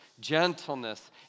Gentleness